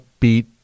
upbeat